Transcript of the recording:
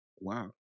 Wow